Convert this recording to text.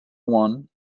one